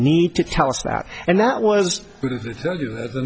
need to tell us that and that was the